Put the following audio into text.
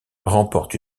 remporte